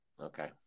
Okay